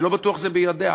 אני לא בטוח שזה בידיה,